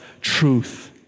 truth